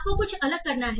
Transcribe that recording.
आपको कुछ अलग करना है